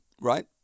right